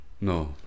No